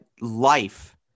life